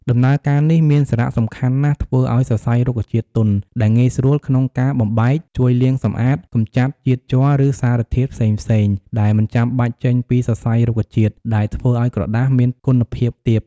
ដំណើរការនេះមានសារៈសំខាន់ណាស់ធ្វើឱ្យសរសៃរុក្ខជាតិទន់ ដែលងាយស្រួលក្នុងការបំបែក ជួយលាងសម្អាត កម្ចាត់ជាតិជ័រឬសារធាតុផ្សេងៗដែលមិនចាំបាច់ចេញពីសរសៃរុក្ខជាតិ ដែលធ្វើឱ្យក្រដាសមានគុណភាពទាប។